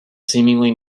seemingly